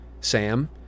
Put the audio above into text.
Sam